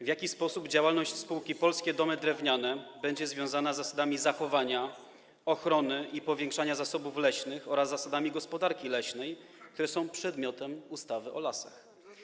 W jaki sposób działalność spółki Polskie Domy Drewniane będzie związana z zasadami zachowania ochrony i powiększania zasobów leśnych oraz zasadami gospodarki leśnej, które są przedmiotem ustawy o lasach?